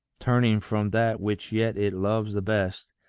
turning from that which yet it loves the best,